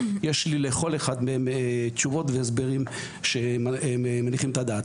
יש לי לכל אחד מהם תשובות והסברים שמניחים את הדעת.